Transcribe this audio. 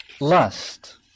lust